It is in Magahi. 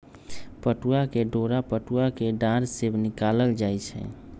पटूआ के डोरा पटूआ कें डार से निकालल जाइ छइ